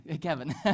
Kevin